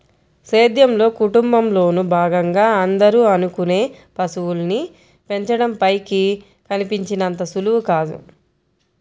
సేద్యంలో, కుటుంబంలోను భాగంగా అందరూ అనుకునే పశువుల్ని పెంచడం పైకి కనిపించినంత సులువు కాదు